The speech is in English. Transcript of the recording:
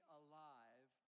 alive